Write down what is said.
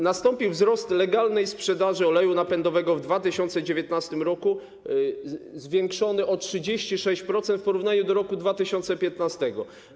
Nastąpił wzrost legalnej sprzedaży oleju napędowego w 2019 r., zwiększony o 36% w porównaniu z rokiem 2015.